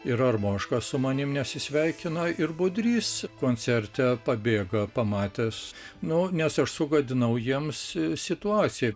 ir armoška su manim nesisveikina ir budrys koncerte pabėga pamatęs nu nes aš sugadinau jiems situaciją